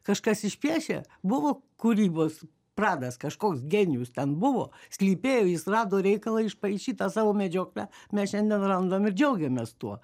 kažkas išpiešė buvo kūrybos pradas kažkoks genijus ten buvo slypėjo jis rado reikalą išpaišyt tą savo medžioklę mes šiandien randam ir džiaugiamės tuo